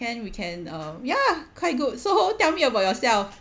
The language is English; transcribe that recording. can we can err ya quite good so tell me about yourself